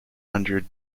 hundred